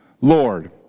Lord